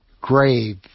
grave